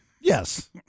Yes